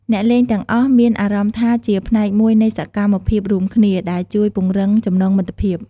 អ្នកលេងទាំងអស់មានអារម្មណ៍ថាជាផ្នែកមួយនៃសកម្មភាពរួមគ្នា ដែលជួយពង្រឹងចំណងមិត្តភាព។